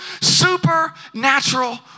supernatural